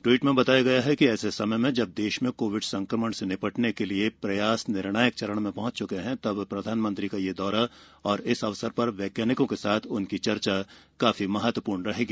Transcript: tweet में बताया गया है कि ऐसे समय में जब देश में कोविड संक्रमण से निपटने के प्रयास निर्णायक चरण में पहुंच चुके हैं प्रधानमंत्री का यह दौरा और इस अवसर पर वैज्ञानिकों के साथ उनकी चर्चा काफी महत्वपूर्ण होगी